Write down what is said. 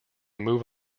move